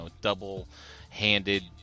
Double-handed